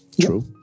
true